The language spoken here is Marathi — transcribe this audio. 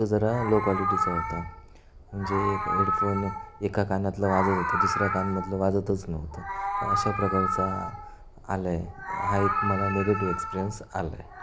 तो जरा लो क्वालिटीचा होता म्हणजे एक हेडफोन एका कानातलं वाजत होतं दुसऱ्या कानामधलं वाजतच नव्हतं तर अशा प्रकारचा आला आहे हा एक मला निगेटिव एक्सप्रियन्स आला आहे